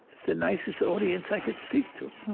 the nicest audience i could speak to